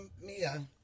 Mia